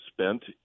spent